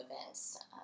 events